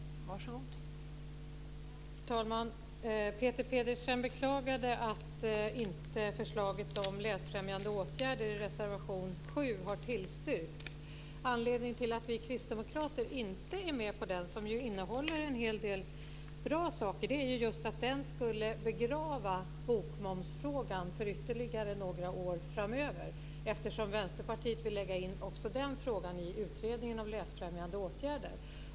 Fru talman! Peter Pedersen beklagade att inte förslaget om läsfrämjande åtgärder i reservation 7 har tillstyrkts. Anledningen till att vi kristdemokrater inte är med på den reservationen, som innehåller en hel del bra saker, är just att den skulle begrava bokmomsfrågan ytterligare några år framöver, eftersom Vänsterpartiet vill lägga in också den frågan i utredningen om läsfrämjande åtgärder.